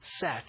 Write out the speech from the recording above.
set